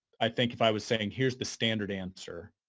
i think if i was saying, here's the standard answer,